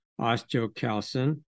osteocalcin